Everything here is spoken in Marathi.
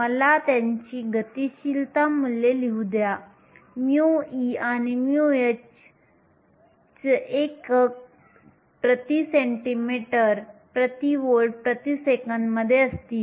मला त्यांची गतिशीलता मूल्ये लिहू द्या μe आणि μh एकके cm2 v 1 s 1 मध्ये असतील